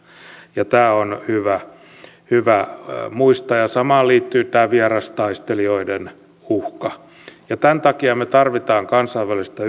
ja tämä on hyvä muistaa samaan liittyy tämä vierastaistelijoiden uhka tämän takia me tarvitsemme kansainvälistä